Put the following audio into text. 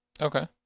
Okay